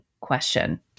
question